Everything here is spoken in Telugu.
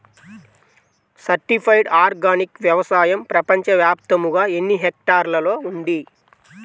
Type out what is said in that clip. సర్టిఫైడ్ ఆర్గానిక్ వ్యవసాయం ప్రపంచ వ్యాప్తముగా ఎన్నిహెక్టర్లలో ఉంది?